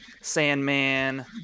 Sandman